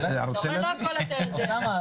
אתה רואה, לא הכול אתה יודע.